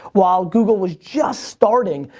while google was just starting.